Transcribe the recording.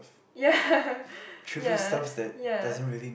ya ya ya